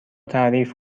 تعریف